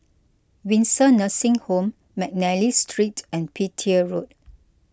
Windsor Nursing Home McNally Street and Petir Road